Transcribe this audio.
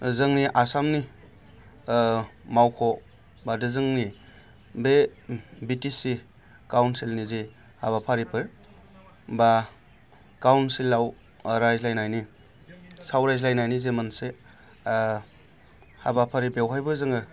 जोंनि आसामनि मावख' बा जोंनि बे बि टि सि काउनसिलनि जे हाबाफारिफोर बा काउनसिलआव रायज्लायनायनि सावरायज्लायनायनि जे मोनसे हाबाफारि बेवहायबो जोङो